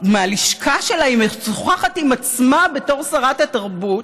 מהלשכה שלה, היא משוחחת עם עצמה בתור שרת התרבות.